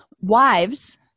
Wives